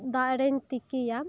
ᱫᱟᱜ ᱨᱮᱧ ᱛᱤᱠᱤᱭᱟ